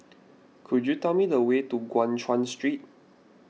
could you tell me the way to Guan Chuan Street